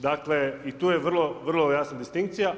Dakle, i tu je vrlo jasna distinkcija.